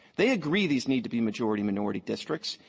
they agree these need to be majority-minority districts.